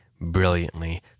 brilliantly